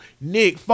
Nick